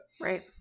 Right